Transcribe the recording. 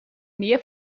nähe